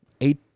eight